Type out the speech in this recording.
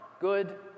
good